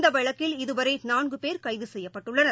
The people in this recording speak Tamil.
இந்த வழக்கில் இதுவரை நான்கு பேர் கைது செய்யப்பட்டுள்ளனர்